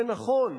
זה נכון,